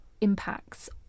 impacts